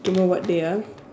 tomorrow what day ah